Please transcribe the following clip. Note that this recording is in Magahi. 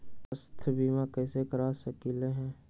स्वाथ्य बीमा कैसे करा सकीले है?